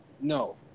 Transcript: No